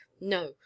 no